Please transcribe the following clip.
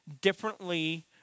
differently